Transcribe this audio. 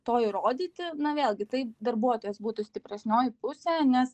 to įrodyti na vėlgi tai darbuotojas būtų stipresnioji pusė nes